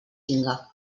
tinga